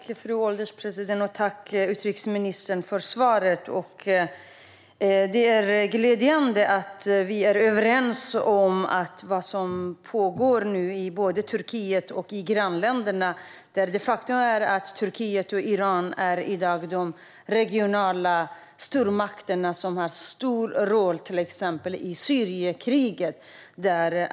Fru ålderspresident! Jag tackar utrikesministern för svaret. Det är glädjande att vi är överens om vad som pågår i Turkiet och i grannländerna. Turkiet och Iran är i dag de regionala stormakterna och spelar en stor roll i exempelvis kriget i Syrien.